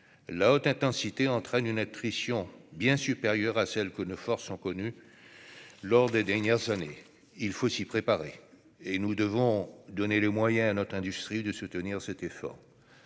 La haute intensité entraîne une attrition bien supérieure à celle que nos forces ont connue lors des dernières années. Il faut s'y préparer, et nous devons donner les moyens à notre industrie de soutenir cet effort.